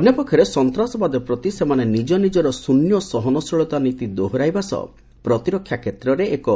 ଅନ୍ୟପକ୍ଷରେ ସନ୍ତାସବାଦ ପ୍ରତି ସେମାନେ ନିଜ ନିଜର ଶ୍ରନ୍ୟ ସହନଶୀଳତା ନୀତି ଦୋହରାଇବା ସହ ପ୍ରତିରକ୍ଷା କ୍ଷେତ୍ରରେ ଏକ